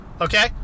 Okay